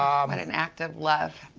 um and an act of love.